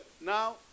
Now